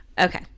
Okay